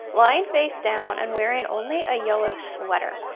lying face down and wearing only a yellow sweater.